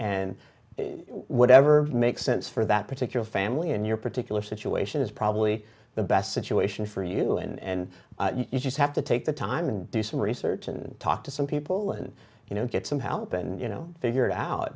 and whatever makes sense for that particular family in your particular situation is probably the best that you for you and you just have to take the time and do some research and talk to some people and you know get some help and you know figure it out